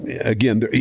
again